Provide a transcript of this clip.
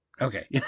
Okay